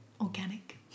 organic